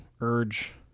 urge